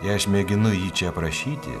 jei aš mėginu jį aprašyti